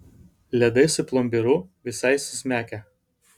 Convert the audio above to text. ledai su plombyru visai suzmekę